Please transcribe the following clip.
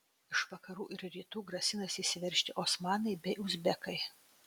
iš vakarų ir rytų grasinasi įsiveržti osmanai bei uzbekai